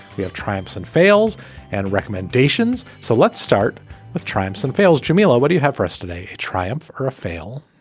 we have triumphs and fails and recommendations. so let's start with triumphs and fails, jamila. what do you have for us today? a triumph or a fail?